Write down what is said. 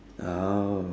oh